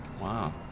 Wow